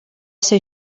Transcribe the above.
ser